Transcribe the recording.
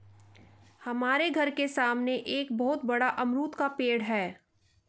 हमारे घर के सामने एक बहुत बड़ा अमरूद का पेड़ है